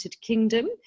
Kingdom